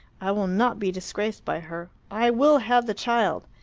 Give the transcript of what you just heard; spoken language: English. i will not be disgraced by her. i will have the child.